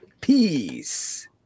Peace